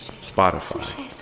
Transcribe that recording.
Spotify